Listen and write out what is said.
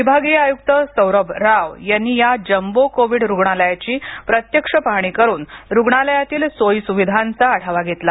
विभागीय आयुक्त सौरभ राव यांनी या जम्बो कोविड रुग्णालयाची प्रत्यक्ष पाहणी करुन रुग्णालयातील सोईस्विधांचा आढावा घेतला